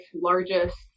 largest